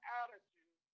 attitude